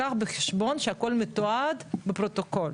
קח בחשבון שהכל מתועד בפרוטוקול.